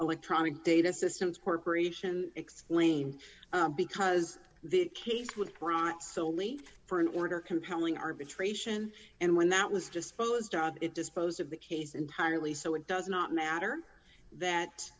electronic data systems corporation explained because the case would profit solely for an order compelling arbitration and when that was just posed it disposed of the case entirely so it does not matter that